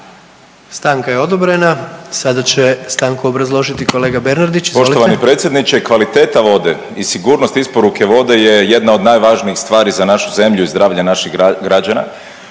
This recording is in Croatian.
izvolite. **Bernardić, Davor (Socijaldemokrati)** Poštovani predsjedniče, kvaliteta vode i sigurnost isporuke vode je jedna od najvažnijih stvari za našu zemlju i zdravlje naših građana.